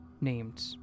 named